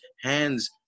hands